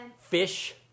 fish